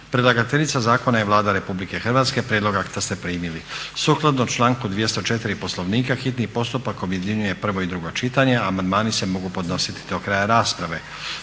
Predlagateljica zakona je Vlada Republike Hrvatske. Prijedlog akta ste primili. Sukladno članku 204. Poslovnika hitni postupak objedinjuje prvo i drugo čitanje a amandmani se mogu podnositi do kraja rasprave.